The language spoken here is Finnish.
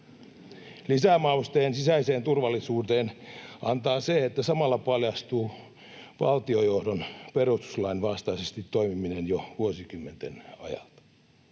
Lisämausteen sisäiseen turvallisuuteen antaa se, että samalla paljastuu valtiojohdon perustuslain vastaisesti toimiminen jo vuosikymmenten ajalta.